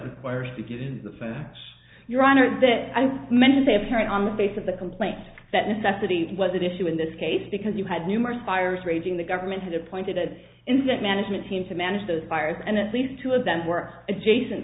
same your honor that i mentioned a parent on the face of the complaints that necessity was that issue in this case because you had numerous fires raging the government had appointed an incident management team to manage those fires and at least two of them were adjacent